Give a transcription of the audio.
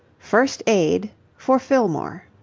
first aid for fillmore